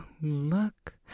Look